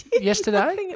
yesterday